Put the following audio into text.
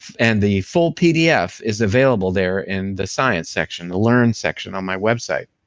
and the full pdf is available there in the science section, the learn section on my website.